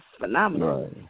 phenomenal